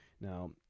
now